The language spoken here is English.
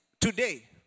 today